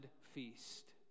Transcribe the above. feast